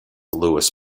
lewis